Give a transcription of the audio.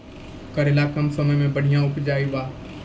करेला कम समय मे बढ़िया उपजाई बा?